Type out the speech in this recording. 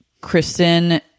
Kristen